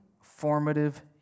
formative